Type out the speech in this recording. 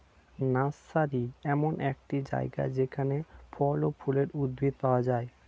nursery এমন একটি জায়গা যেখানে ফল ও ফুলের উদ্ভিদ পাওয়া যায়